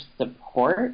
support